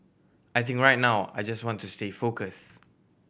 I think right now I just want to stay focus